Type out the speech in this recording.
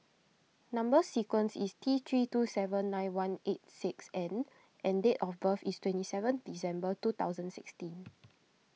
Number Sequence is T three two seven nine one eight six N and date of birth is twenty seven December two thousand sixteen